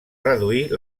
reduir